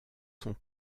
sont